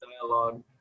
dialogue